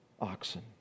oxen